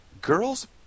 Girls